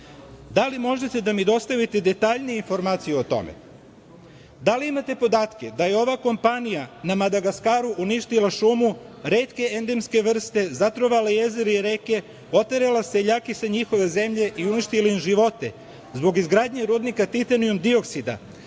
Da li možete da mi dostavite detaljnije informacije o tome? Da li imate podatke da je ova kompanija na Madagaskaru uništila šume retke endemske vrste, zatrovala jezera i reke, oterala seljake sa njihove zemlje i uništila im živote zbog izgradnje rudnika titanijum-dioksida,